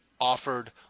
offered